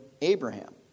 Abraham